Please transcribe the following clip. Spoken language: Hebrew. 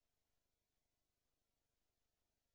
תראו במה מקצצים: